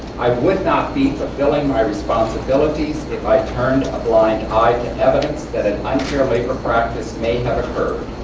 i would not be fulfilling my responsibilities if i turned a blind eye to evidence that an unfair labor practice may have occurred.